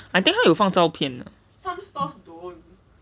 I think 它有放照片的